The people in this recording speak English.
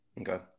Okay